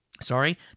Sorry